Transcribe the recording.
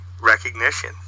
recognition